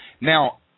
Now